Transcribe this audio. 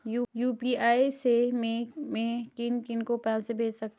UPI से मैं किन किन को पैसे भेज सकता हूँ?